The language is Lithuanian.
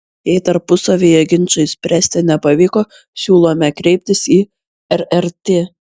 jei tarpusavyje ginčo išspręsti nepavyko siūlome kreiptis į rrt